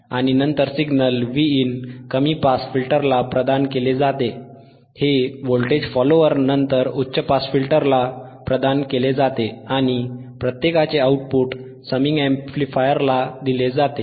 आणि नंतर signal Vin कमी पास फिल्टरला प्रदान केले जाते हे व्होल्टेज फॉलोअर नंतर उच्च पास फिल्टरला प्रदान केले जाते आणि प्रत्येकाचे आउटपुट समिंग अॅम्प्लिफायरला दिले जाते